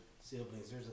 siblings